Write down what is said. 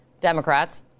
Democrats